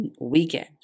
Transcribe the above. weekend